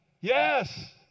Yes